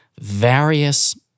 various